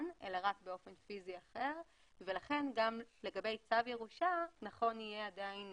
אלא רק באופן פיזי אחר ולכן גם לגבי צו ירושה עדיין יהיה